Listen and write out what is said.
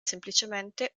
semplicemente